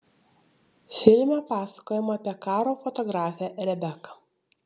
filme pasakojama apie karo fotografę rebeką